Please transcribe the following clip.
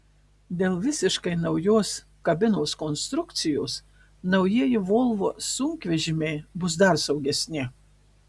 dėl visiškai naujos kabinos konstrukcijos naujieji volvo sunkvežimiai bus dar saugesni